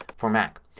for mac.